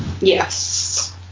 yes